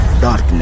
Darkness